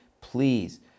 please